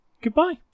goodbye